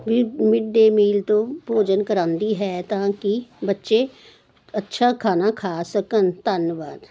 free midday meal ਤੋਂ ਭੋਜਨ ਕਰਵਾਉਂਦੀ ਹੈ ਤਾਂ ਕਿ ਬੱਚੇ ਅੱਛਾ ਖਾਣਾ ਖਾ ਸਕਣ ਧੰਨਵਾਦ